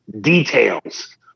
details